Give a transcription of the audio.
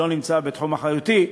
לא נמצא בתחום אחריותי,